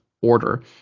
order